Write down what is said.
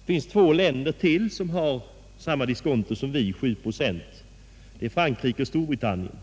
Det finns två länder till som har samma diskonto som vi, 7 procent — Frankrike och Storbritannien.